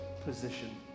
position